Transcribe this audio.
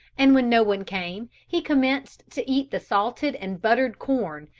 and when no one came, he commenced to eat the salted and buttered corn,